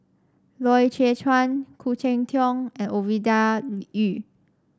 Loy Chye Chuan Khoo Cheng Tiong and Ovidia Yu